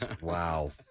Wow